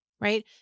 Right